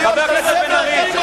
חבר הכנסת בן-ארי.